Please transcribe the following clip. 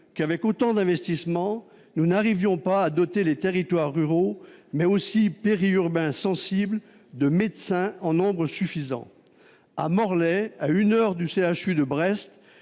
avec autant d'investissement, à doter les territoires ruraux, mais aussi périurbains sensibles, de médecins en nombre suffisant ? À Morlaix, à une heure du CHU de Brest,